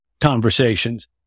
conversations